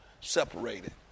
separated